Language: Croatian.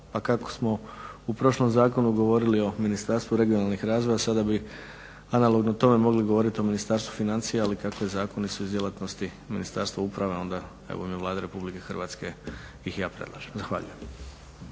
A kako smo u prošlom zakonu govorili o Ministarstvu regionalnog razvoja sada bi analogno tome mogli govoriti o Ministarstvu financija ali kako je zakon su iz djelatnosti Ministarstva uprave onda u ime Vlade RH ih ja predlažem. Zahvaljujem.